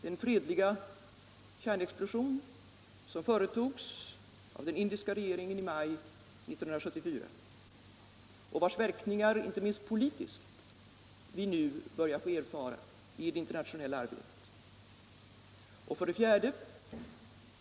Den fredliga kärnexplosion som företogs på uppdrag av den indiska regeringen i maj 1974 och vars verkningar, inte minst politiskt, vi nu börjar erfara i det internationella arbetet. 4.